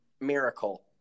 Miracle